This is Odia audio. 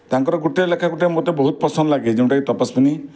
ତାଙ୍କର ଗୋଟେ ଲେଖା ଗୋଟେ ମୋତେ ବହୁତ ପସନ୍ଦ ଲାଗେ ଯେଉଁଟା କି ତପସ୍ୱିନୀ